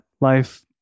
Life